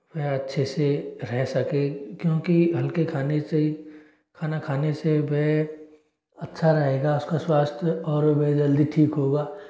वह अच्छे से रह सकें क्योंकि हल्के खाने से खाना खाने से वह अच्छा रहेगा उसका स्वास्थ्य और भी जल्दी ठीक होगा